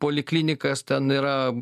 poliklinikas ten yra